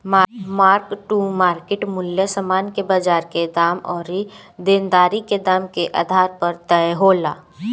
mark to market मूल्य समान के बाजार के दाम अउरी देनदारी के दाम के आधार पर तय होला